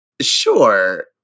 Sure